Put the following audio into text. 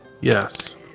Yes